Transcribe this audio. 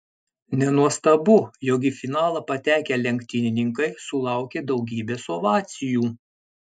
nenuostabu jog į finalą patekę lenktynininkai sulaukė daugybės ovacijų